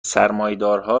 سرمایهدارها